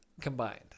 Combined